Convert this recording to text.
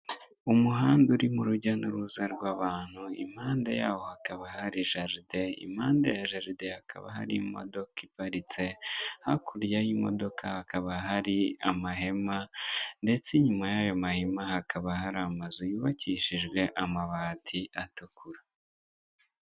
Umuhanda urimo urujya n'uruza rw'abantu, impande yaho hakaba hari jaride, impande ya jaride hakaba hari imodoka iparitse, hakurya y'imodoka hakaba hari amahema, ndetse inyuma y'ayo mahema hakaba hari amazu yubakishijwe amabati atukura.